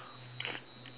it's like